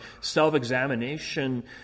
self-examination